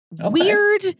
weird